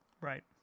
Right